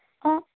অঁ